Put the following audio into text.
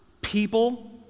people